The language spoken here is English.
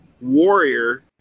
warrior